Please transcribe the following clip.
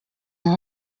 are